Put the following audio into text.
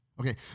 Okay